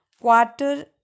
quarter